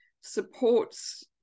supports